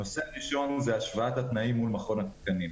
הנושא הראשון זה השוואת התנאים מול מכון התקנים.